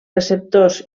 receptors